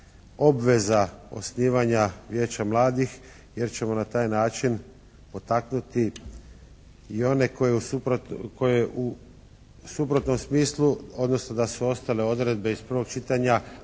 obveza osnivanja Vijeća mladih jer ćemo na taj način potaknuti i one koji u suprotnom smislu, odnosno da su ostale odredbe iz prvog čitanja,